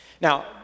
Now